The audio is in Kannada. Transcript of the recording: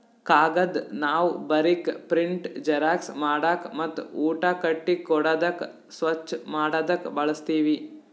ಕಾಗದ್ ನಾವ್ ಬರೀಕ್, ಪ್ರಿಂಟ್, ಜೆರಾಕ್ಸ್ ಮಾಡಕ್ ಮತ್ತ್ ಊಟ ಕಟ್ಟಿ ಕೊಡಾದಕ್ ಸ್ವಚ್ಚ್ ಮಾಡದಕ್ ಬಳಸ್ತೀವಿ